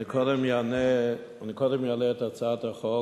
קודם אעלה את הצעת החוק,